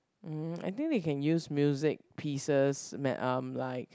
mm I think they can use music pieces ma~ um like